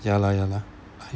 ya la ya la I